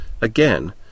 Again